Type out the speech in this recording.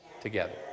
together